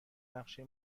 نقشه